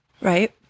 Right